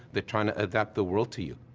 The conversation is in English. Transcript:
they're trying to adapt the world to you.